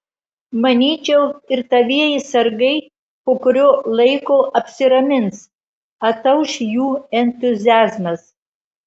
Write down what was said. manyčiau ir tavieji sargai po kurio laiko apsiramins atauš jų entuziazmas